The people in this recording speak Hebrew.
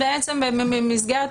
בעצם במסגרת